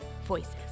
voices